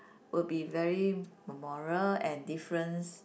will be very memorial and difference